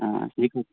ꯑꯥ ꯁꯤꯗꯒꯤ ꯈꯔ